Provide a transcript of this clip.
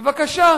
בבקשה,